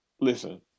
listen